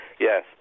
Yes